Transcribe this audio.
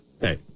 Hey